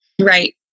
Right